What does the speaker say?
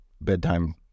bedtime